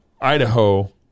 Idaho